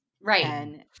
right